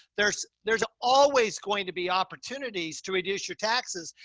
there's, there's always going to be opportunities to reduce your taxes.